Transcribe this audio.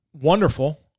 wonderful